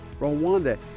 rwanda